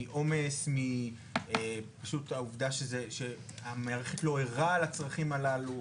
או פשוט מהעובדה שהמערכת לא ערה לצרכים האלה,